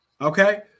Okay